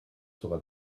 sera